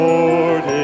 Lord